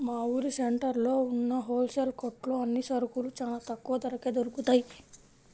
మా ఊరు సెంటర్లో ఉన్న హోల్ సేల్ కొట్లో అన్ని సరుకులూ చానా తక్కువ ధరకే దొరుకుతయ్